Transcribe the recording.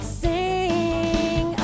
sing